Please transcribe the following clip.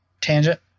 tangent